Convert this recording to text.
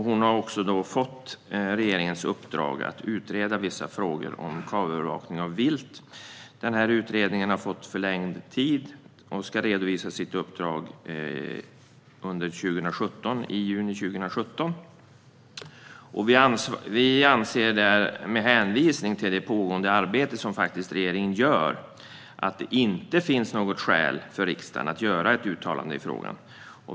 Hon har fått regeringens uppdrag att utreda vissa frågor om kameraövervakning av vilt. Utredningen har fått förlängd tid och ska redovisa resultatet av sitt uppdrag i juni 2017. Med hänvisning till regeringens pågående arbete anser vi att det inte finns skäl för riksdagen att komma med ett uttalande i frågan.